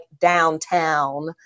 downtown